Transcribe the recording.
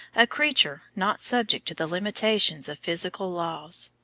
a creature not subject to the limitations of physical laws,